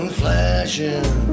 flashing